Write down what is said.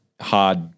hard –